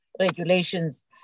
regulations